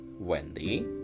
Wendy